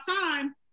time